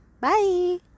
Bye